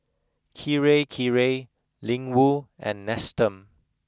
Kirei Kirei Ling Wu and Nestum